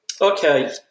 Okay